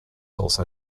also